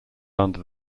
under